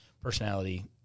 personality